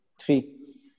three